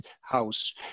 house